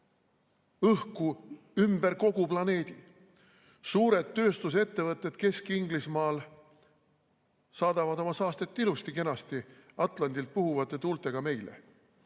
õhku kõikjalt kogu planeedilt. Suured tööstusettevõtted Kesk-Inglismaal saadavad oma saastet ilusti-kenasti Atlandilt puhuvate tuultega meile.